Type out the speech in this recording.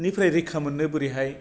निफ्राय रैखा मोननो बोरैहाय